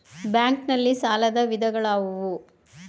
Bank ನಲ್ಲಿ ಸಾಲದ ವಿಧಗಳಾವುವು?